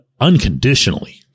unconditionally